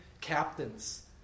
captains